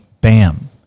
Bam